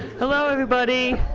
hello everybody.